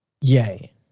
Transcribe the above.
Yay